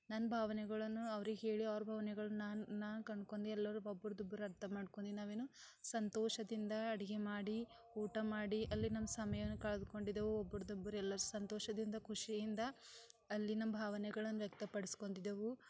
ನನ್ನ ಭಾವನೆಗಳನ್ನು ಅವ್ರಿಗೆ ಹೇಳಿ ಅವರ ಭಾವನೆಗಳನ್ನ ನಾನು ನಾನು ಕನ್ಕೊಂದಿ ಎಲ್ಲರು ಒಬ್ಬರದೊಬ್ಬರು ಅರ್ಥ ಮಾಡ್ಕೊಂಡಿ ನಾವೇನು ಸಂತೋಷದಿಂದ ಅಡ್ಗೆ ಮಾಡಿ ಊಟ ಮಾಡಿ ಅಲ್ಲಿ ನಮ್ಮ ಸಮಯನ ಕಳೆದುಕೊಂಡಿದೆವು ಒಬ್ಬರದೊಬ್ಬರು ಎಲ್ಲರು ಸಂತೋಷದಿಂದ ಖುಷಿಯಿಂದ ಅಲ್ಲಿನ ಭಾವನೆಗಳನ್ನು ವ್ಯಕ್ತಪಡಸ್ಕೊಂಡಿದೆವು